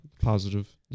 positive